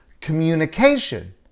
Communication